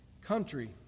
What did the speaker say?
country